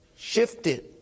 Shifted